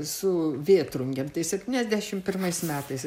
su vėtrungėm tai septyniasdešimt pirmais metais